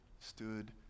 stood